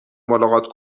ملاقات